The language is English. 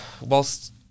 whilst